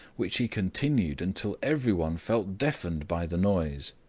which he continued until everyone felt deafened by the noise.